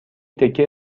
تکه